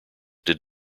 did